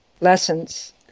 lessons